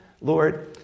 Lord